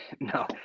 no